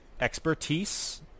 Expertise